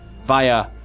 via